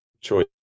choice